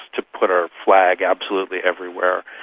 to put our flag absolutely everywhere.